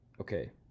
Okay